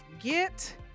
Get